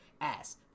ass